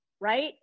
right